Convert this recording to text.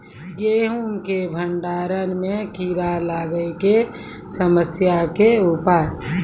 गेहूँ के भंडारण मे कीड़ा लागय के समस्या के उपाय?